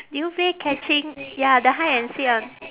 do you play catching ya the hide and seek one